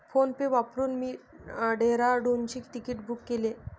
PhonePe वापरून मी डेहराडूनचे तिकीट बुक केले